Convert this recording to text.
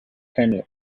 kilkenny